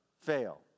fail